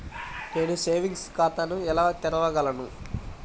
నేను సేవింగ్స్ ఖాతాను ఎలా తెరవగలను?